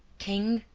king,